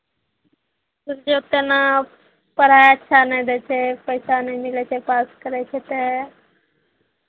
बुझियौ तेना पढ़ाइ अच्छा नहि दै छै पैसा नहि मिलै छै पास करै छै तऽ